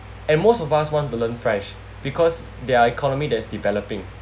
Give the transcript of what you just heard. and most of us want to learn french because their economy that is developing